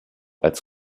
als